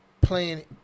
Playing